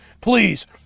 Please